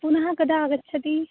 पुनः कदा आगच्छति